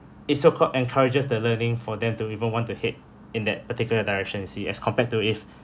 its so-called encourages the learning for them to even want to head in that particular direction you see as compared to if